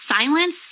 silence